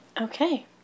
Okay